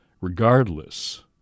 regardless